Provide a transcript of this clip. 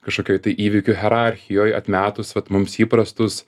kažkokioj tai įvykių hierarchijoj atmetus vat mums įprastus